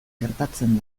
gertatzen